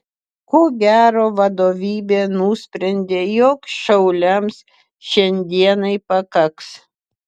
ko gero vadovybė nusprendė jog šauliams šiandienai pakaks